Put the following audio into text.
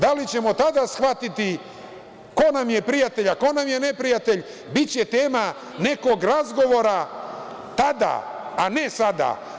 Da li ćemo tada shvatiti ko nam je prijatelj, a ko nam je neprijatelj, biće tema nekog razgovora tada, a ne sada.